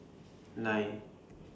nine